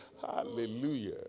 Hallelujah